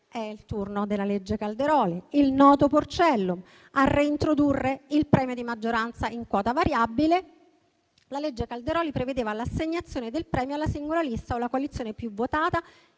è il turno della legge Calderoli, il noto Porcellum, di reintrodurre il premio di maggioranza in quota variabile. La legge Calderoli prevedeva l'assegnazione del premio alla singola lista o alla coalizione più votata,